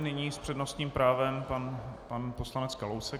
Nyní s přednostním právem pan poslanec Kalousek.